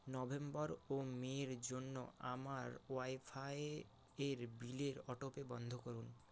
November ও May এর জন্য আমার ওয়াইফাই এর বিলের অটো পে বন্ধ করুন